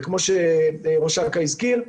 וכמו שראש אכ"א הזכיר,